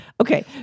Okay